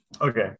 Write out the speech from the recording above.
okay